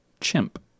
chimp